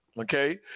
okay